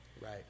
Right